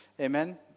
amen